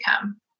come